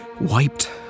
wiped